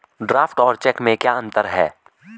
Draft और cheque में क्या अंतर है?